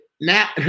Now